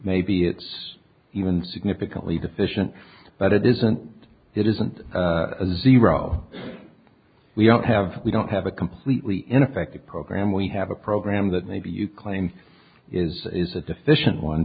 maybe it's even significantly deficient but it isn't it isn't zero we don't have we don't have a completely ineffective program we have a program that maybe you claim is is a deficient one